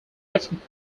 different